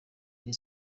iri